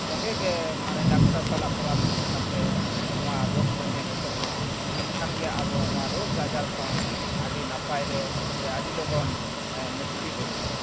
ᱥᱚᱸᱜᱮ ᱜᱮ ᱢᱟᱱᱮ ᱰᱟᱠᱛᱟᱨ ᱥᱟᱞᱟᱜ ᱯᱚᱨᱟᱢᱚᱨᱥᱚ ᱠᱟᱛᱮᱫ ᱱᱚᱣᱟ ᱨᱳᱜᱽ ᱵᱚᱱ ᱧᱮᱞ ᱦᱚᱪᱚᱜᱼᱢᱟ ᱮᱱᱠᱷᱟᱱᱼᱜᱮ ᱟᱵᱚ ᱱᱚᱣᱟ ᱨᱳᱜᱽ ᱟᱡᱟᱨ ᱠᱷᱚᱱ ᱟᱹᱰᱤ ᱱᱟᱯᱟᱭ ᱨᱮ ᱥᱮ ᱟᱹᱰᱤ ᱞᱚᱜᱚᱱ ᱢᱩᱠᱛᱤ ᱵᱚᱱ ᱧᱟᱢᱟ